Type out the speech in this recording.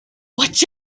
watch